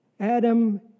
Adam